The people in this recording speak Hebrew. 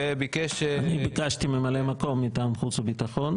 אני ביקשתי ממלא מקום מטעם חוץ וביטחון.